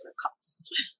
cost